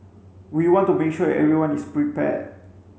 we want to make sure everyone is prepared